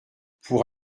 pour